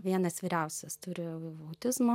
vienas vyriausias turi autizmą